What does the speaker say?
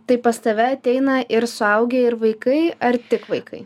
taip pas tave ateina ir suaugę ir vaikai ar tik vaikai